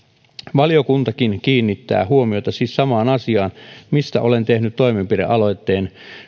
valiokunta kiinnittää huomiota siis samaan asiaan mistä olen tehnyt toimenpidealoitteen